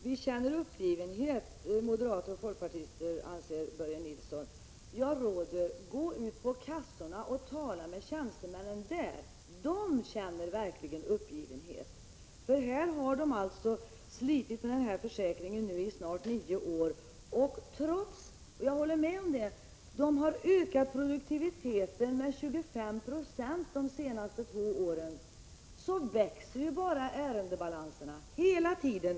Fru talman! Börje Nilsson anser att vi moderater och folkpartister känner uppgivenhet. Jag vill ge rådet att gå ut till kassorna och tala med tjänstemännen där. De känner verkligen uppgivenhet. De har alltså slitit med denna försäkring i snart nio år. Och trots att de — det håller jag med om — har ökat produktiviteten med 25 90 de senaste två åren växer ju bara ärendebalanserna hela tiden.